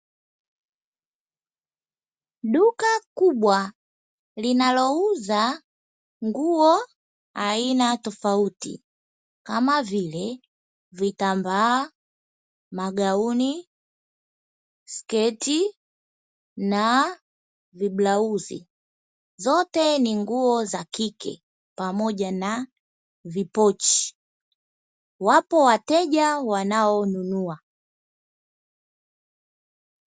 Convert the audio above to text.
Duka kubwa linalouza nguo aina tofauti: kama vile vitambaa, magauni, sketi na viblauzi. Zote ni nguo za kike pamoja na vipochi, wapo wateja wanaonunua.